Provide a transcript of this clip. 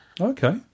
Okay